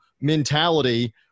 mentality